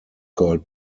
called